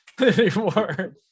anymore